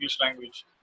language